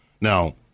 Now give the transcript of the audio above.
Now